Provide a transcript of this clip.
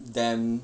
them